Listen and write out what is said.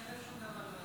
כנראה שום דבר לא